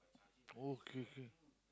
oh kay kay